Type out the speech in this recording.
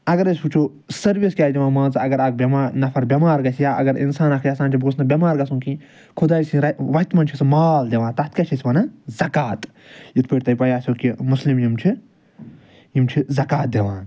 اگر أسۍ وٕچھو سٔروِس کیاہ چھ دِوان مان ژٕ اکھ بیٚما اکھ نَفَر بیٚمار گَژھِ یا اگر اِنسان اکھ یَژھان چھُ بہٕ گوٚژھُس نہٕ بیٚمار گَژھُن کِہیٖنۍ خۄداے سٕنٛزِ وَتہِ مَنٛز چھُ سُہ مال دِوان تتھ کیاہ چھِ أسۍ وَنان زَکات یِتھ پٲٹھۍ تۄہہِ پاے آسیٚو کہ مُسلِم یِم چھِ یِم چھِ زَکات دِوان